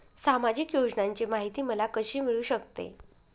सामाजिक योजनांची माहिती मला कशी मिळू शकते?